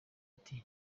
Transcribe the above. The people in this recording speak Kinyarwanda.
ati